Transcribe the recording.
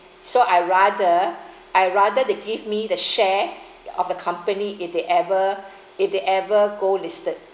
so I rather I rather they give me the share of the company if they ever if they ever go listed